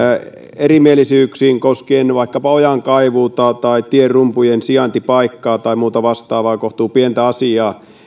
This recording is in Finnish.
erimielisyyksiin koskien vaikkapa ojankaivuuta tai tierumpujen sijaintipaikkaa tai muuta vastaavaa kohtuupientä asiaa